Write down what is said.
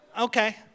Okay